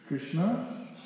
Krishna